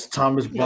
Thomas